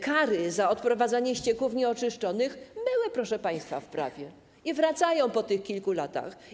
Kary za odprowadzanie ścieków nieoczyszczonych były, proszę państwa, w prawie i one wracają po tych kilku latach.